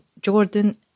Jordan